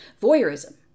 voyeurism